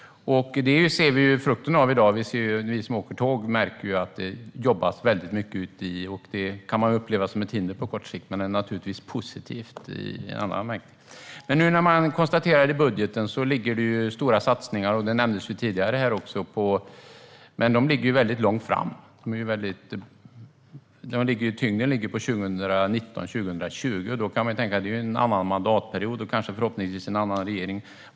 Det ser vi frukten av i dag. Vi som åker tåg märker att det jobbas väldigt mycket. Det kan man uppleva som ett hinder på kort sikt, men det är naturligtvis positivt i en annan bemärkelse. Men nu ligger det stora satsningar i budgeten - det nämndes tidigare. Men de ligger väldigt långt fram. Tyngden ligger på 2019 och 2020. Då kan man tänka: Det är en annan mandatperiod, och förhoppningsvis är det en annan regering.